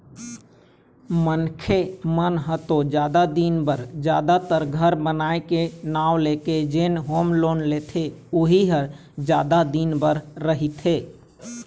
मनखे मन ह तो जादा दिन बर जादातर घर बनाए के नांव लेके जेन होम लोन लेथे उही ह जादा दिन बर रहिथे